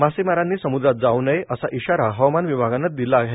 मासेमारांनी समूद्रात जाऊ नये असा इशारा हवामान विभागानं जारी केला आहे